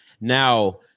Now